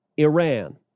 Iran